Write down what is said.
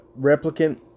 replicant